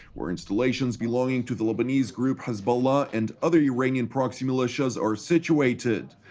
where installations belonging to the lebanese group hezbollah and other iranian-proxy militias are situated.